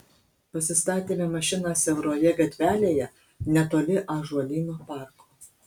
pasistatėme mašiną siauroje gatvelėje netoli ąžuolyno parko